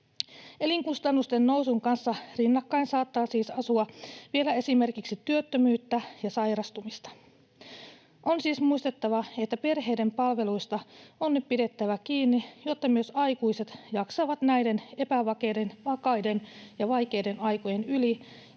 Elinkustannusten nousun kanssa rinnakkain saattaa siis asua vielä esimerkiksi työttömyyttä ja sairastumista. On siis muistettava, että perheiden palveluista on pidettävä kiinni, jotta myös aikuiset jaksavat näiden epävakaiden ja vaikeiden aikojen yli